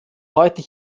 heute